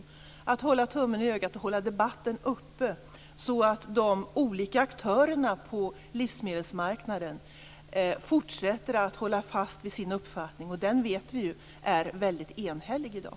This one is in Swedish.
Det handlar om att hålla tummen i ögat och att hålla debatten uppe, så att de olika aktörerna på livsmedelsmarknaden fortsätter att hålla fast vid sin uppfattning. Och den vet vi ju är väldigt enhällig i dag.